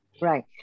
right